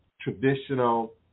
traditional